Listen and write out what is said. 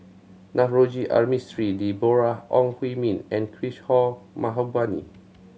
Navroji R Mistri Deborah Ong Hui Min and Kishore Mahbubani